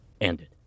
ended